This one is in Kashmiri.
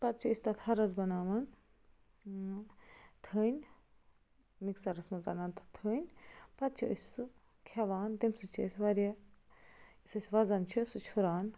پتہٕ چھِ أسۍ تتھ ۂرس بَناوان تھٔنۍ مِکسَرس منٛز انان تَتھ تھٔنۍ پتہٕ چھِ أسۍ سُہ کھیٚوان تمہِ سۭتۍ چھِ وارِیاہ یُس اَسہِ وَزن چھُ سُہ چھُ ہُران